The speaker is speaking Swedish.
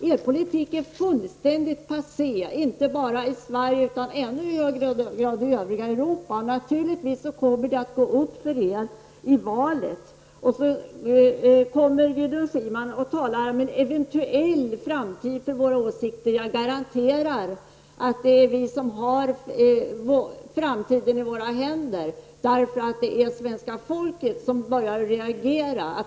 Er politik är fullständigt passé, inte bara i Sverige, utan i ännu högre grad i övriga Europa. Naturligtvis kommer det att gå upp för er vid valet. Gudrun Schyman talar om en eventuell framtid för våra åsikter. Jag garanterar att det är vi som har framtiden i våra händer. Svenska folket börjar reagera.